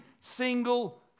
single